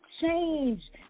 change